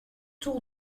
tour